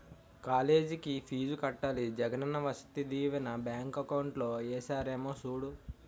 కాలేజికి ఫీజు కట్టాలి Jagananna Vasathi Deevena bank account లో ఏసారేమో సూడు